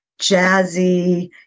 jazzy